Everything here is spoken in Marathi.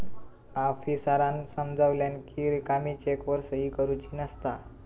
आफीसरांन समजावल्यानं कि रिकामी चेकवर सही करुची नसता